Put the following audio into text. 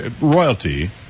royalty